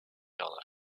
hollow